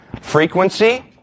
frequency